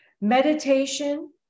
meditation